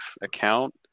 account